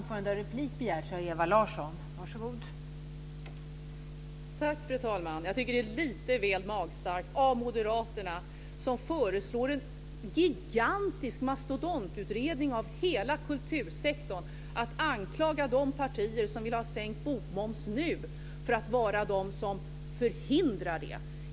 Fru talman! Jag tycker att det är lite väl magstarkt av Moderaterna, som föreslår en gigantisk mastodontutredning av hela kultursektorn, att anklaga de partier som vill ha sänkt bokmoms nu för att vara de som förhindrar det.